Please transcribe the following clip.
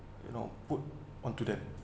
you know put onto them